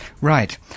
Right